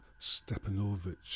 Stepanovich